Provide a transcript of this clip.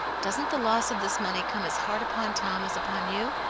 doesn't the loss of this money come as hard upon tom as upon you?